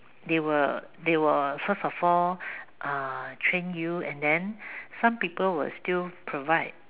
they will they will first of all uh train you and then some people will still provide